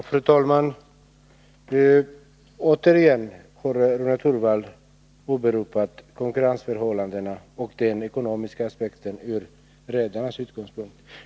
Fru talman! Återigen har Rune Torwald åberopat konkurrensförhållandena och den ekonomiska situationen sedd från redarnas synpunkt.